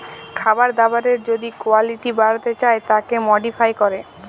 খাবার দাবারের যদি কুয়ালিটি বাড়াতে চায় তাকে মডিফাই ক্যরে